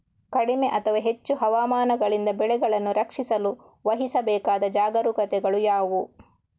ಕಡಿಮೆ ಅಥವಾ ಹೆಚ್ಚು ಹವಾಮಾನಗಳಿಂದ ಬೆಳೆಗಳನ್ನು ರಕ್ಷಿಸಲು ವಹಿಸಬೇಕಾದ ಜಾಗರೂಕತೆಗಳು ಯಾವುವು?